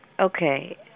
Okay